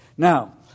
Now